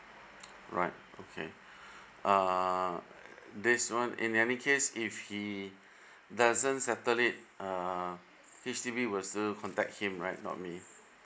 alright okay uh this one in any case if he doesn't settle it uh H_D_B will still contact him right not me